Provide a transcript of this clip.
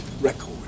record